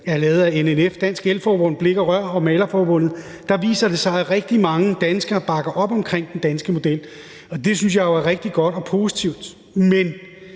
af Electica for NNF, Dansk El-Forbund, Blik & Rør og Malerforbundet, viser det sig, at rigtig mange danskere bakker op om den danske model, og det synes jeg jo er rigtig godt og positivt. Men